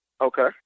Okay